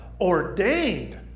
Ordained